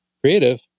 creative